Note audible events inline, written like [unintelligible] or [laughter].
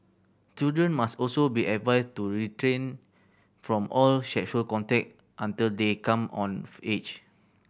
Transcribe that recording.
children must also be advised to [unintelligible] from all sexual contact until they come of age